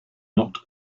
not